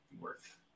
worth